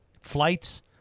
flights